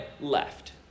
left